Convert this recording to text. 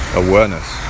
awareness